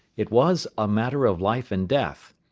it was a matter of life and death,